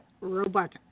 robot